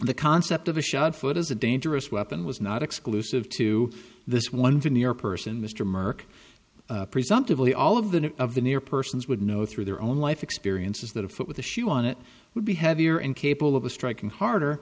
the concept of a shot foot is a dangerous weapon was not exclusive to this one to new york person mr murch presumptively all of the news of the near persons would know through their own life experiences that a foot with a shoe on it would be heavier and capable of striking harder